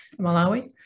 Malawi